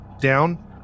down